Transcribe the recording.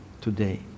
today